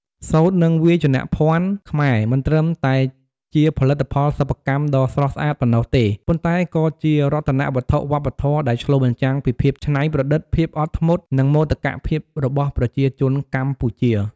សូត្រ និងវាយនភ័ណ្ឌខ្មែរ មិនត្រឹមតែជាផលិតផលសិប្បកម្មដ៏ស្រស់ស្អាតប៉ុណ្ណោះទេ ប៉ុន្តែក៏ជា រតនវត្ថុវប្បធម៌ ដែលឆ្លុះបញ្ចាំងពីភាពច្នៃប្រឌិត ភាពអត់ធ្មត់ និងមោទកភាពរបស់ប្រជាជនកម្ពុជា។